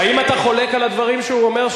האם אתה חולק על הדברים שהוא אומר,